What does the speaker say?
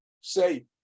say